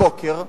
הבוקר.